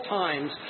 times